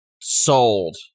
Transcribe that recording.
sold